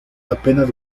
apenas